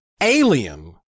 alien